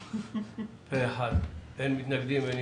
הצבעה בעד פה אחד אושר אין נמנעים ואין מתנגדים.